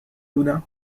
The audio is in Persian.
بودم